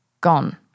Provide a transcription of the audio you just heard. gone